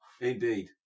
Indeed